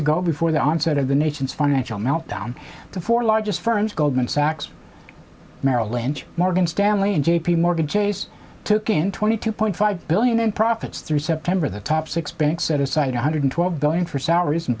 ago before the onset of the nation's financial meltdown the four largest firms goldman sachs merrill lynch morgan stanley and j p morgan chase took in twenty two point five billion in profits through september the top six banks set aside one hundred twelve going for salaries and